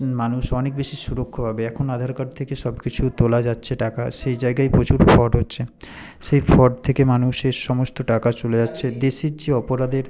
মানুষ অনেক বেশি সুরক্ষা পাবে এখন আধার কার্ড থেকে সবকিছু তোলা যাচ্ছে টাকা সেই জায়গায় প্রচুর ফ্রড হচ্ছে সেই ফ্রড থেকে মানুষের সমস্ত টাকা চলে যাচ্ছে দেশের যে অপরাধের